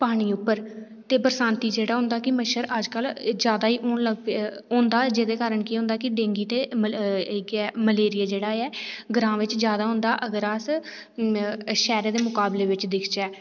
पानी उप्पर ते बरसांती जेह्ड़ा होंदा कि मच्छर एह् अज्जकल जादा ई होन लगे दा ऐ ते एह्दे कन्नै केह् होंदा कि डेंगू ते मलेरिया ग्रांऽ बिच जादा होंदा अगर अस शैह्रे दे मकाबले बिच दिखचै